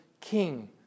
king